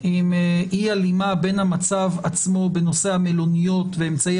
עם אי הלימה בין המצב עצמו בנושא המלוניות ואמצעי